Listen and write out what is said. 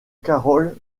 carroll